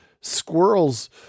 squirrels